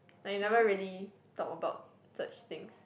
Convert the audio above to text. like we never really talk about such things